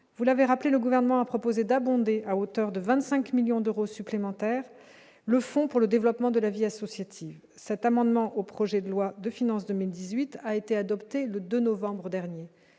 vous l'avez rappelé le gouvernement a proposé d'abonder à hauteur de 25 millions d'euros supplémentaires, le fonds pour le développement de la vie associative, cet amendement au projet de loi de finances 2018 a été adoptée le 2 novembre dernier